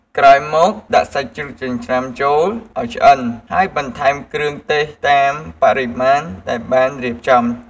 ក្រោយមក ដាក់សាច់ជ្រូកចិញ្ច្រាំចូលឲ្យឆ្អិនហើយបន្ថែមគ្រឿងទេសតាមបរិមាណដែលបានរៀបចំ។